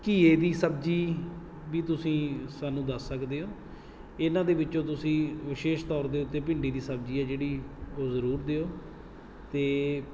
ਘੀਏ ਦੀ ਸਬਜ਼ੀ ਵੀ ਤੁਸੀਂ ਸਾਨੂੰ ਦੱਸ ਸਕਦੇ ਹੋ ਇਹਨਾਂ ਦੇ ਵਿੱਚੋਂ ਤੁਸੀਂ ਵਿਸ਼ੇਸ਼ ਤੌਰ ਦੇ ਉੱਤੇ ਭਿੰਡੀ ਦੀ ਸਬਜ਼ੀ ਹੈ ਜਿਹੜੀ ਉਹ ਜ਼ਰੂਰ ਦਿਓ ਅਤੇ